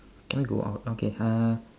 can we go out okay uh